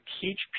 teach